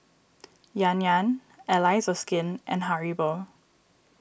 Yan Yan Allies so Skin and Haribo